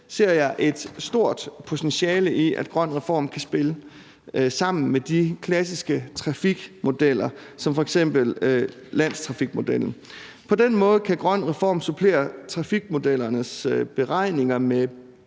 ser jeg et stort potentiale i, at GrønREFORM kan spille sammen med de klassiske trafikmodeller som f.eks. landstrafikmodellen. På den måde kan GrønREFORM supplere trafikmodellernes beregninger med